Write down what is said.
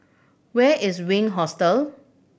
where is Wink Hostel